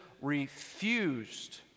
refused